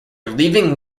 leaving